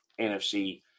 NFC